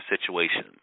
situation